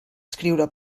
escriure